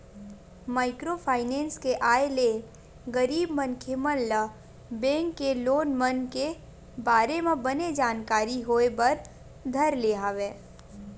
micro finance के आय ले गरीब मनखे मन ल बेंक के लोन मन के बारे म बने जानकारी होय बर धर ले हवय